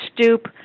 stoop